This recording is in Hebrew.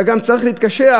אתה גם צריך להתקשח,